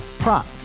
Prop